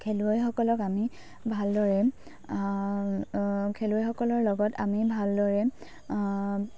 খেলুৱৈসকলক আমি ভালদৰে খেলুৱৈসকলৰ লগত আমি ভালদৰে